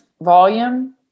volume